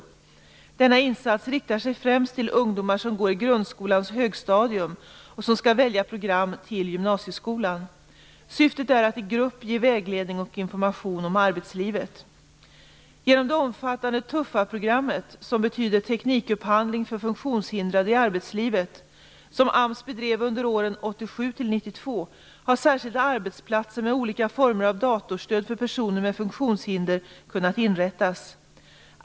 Denna insats riktar sig främst till ungdomar som går i grundskolans högstadium och som skall välja program till gymnasieskolan. Syftet är att i grupp ge vägledning och information om arbetslivet. Genom det omfattande Tuffaprojektet, som betyder Teknikupphandling för funktionshindrade i arbetslivet och som AMS bedrev under åren 1987 1992, har särskilda arbetsplatser med olika former av datorstöd för personer med funktionshinder kunnat inrättas.